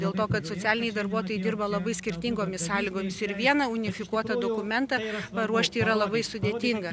dėl to kad socialiniai darbuotojai dirba labai skirtingomis sąlygomis ir vieną unifikuotą dokumentą paruošti yra labai sudėtinga